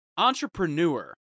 Entrepreneur